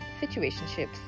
situationships